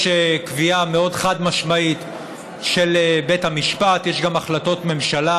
יש קביעה חד-משמעית של בית המשפט ויש גם החלטות ממשלה